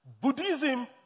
Buddhism